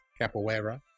Capoeira